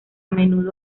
menudo